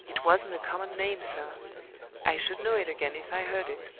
it wasn't a common name, sir i should know it again if i heard it.